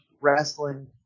wrestling